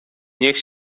niech